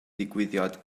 digwyddiad